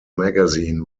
magazine